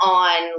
on